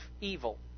evil